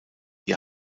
ihr